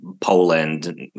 Poland